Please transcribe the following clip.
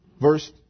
Verse